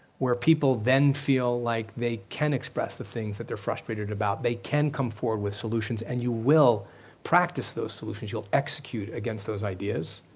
where people then feel like they can express the things that they're frustrated about, they can come forward with solutions and you will practice those solutions. you'll execute against those ideas.